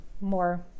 more